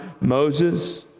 Moses